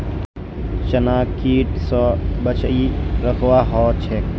चनाक कीट स बचई रखवा ह छेक